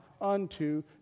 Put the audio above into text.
unto